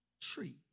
tree